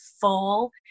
full